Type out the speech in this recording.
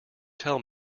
tell